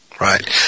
right